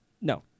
No